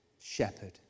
shepherd